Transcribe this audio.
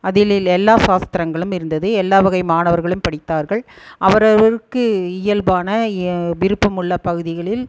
அதில் எல்லா சாஸ்திரங்களும் இருந்தது எல்லா வகை மாணவர்களும் படித்தார்கள் அவரவருக்கு இயல்பான இய விருப்பமுள்ள பகுதிகளில்